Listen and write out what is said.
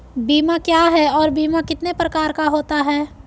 बीमा क्या है और बीमा कितने प्रकार का होता है?